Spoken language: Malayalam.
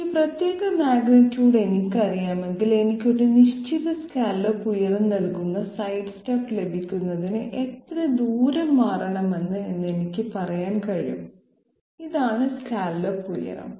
ഈ പ്രത്യേക മാഗ്നിറ്റ്യൂഡ് എനിക്കറിയാമെങ്കിൽ എനിക്ക് ഒരു നിശ്ചിത സ്കല്ലോപ്പ് ഉയരം നൽകുന്ന സൈഡ്സ്റ്റെപ്പ് ലഭിക്കുന്നതിന് എത്ര ദൂരം മാറണമെന്ന് എന്ന് എനിക്ക് പറയാൻ കഴിയും ഇതാണ് സ്കല്ലോപ്പ് ഉയരം